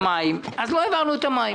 אז לא העברנו את המים.